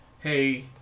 hey